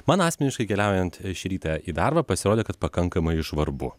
man asmeniškai keliaujant šį rytą į darbą pasirodė kad pakankamai žvarbu